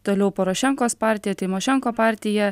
toliau porošenkos partija tymošenko partija